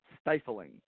stifling